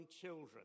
children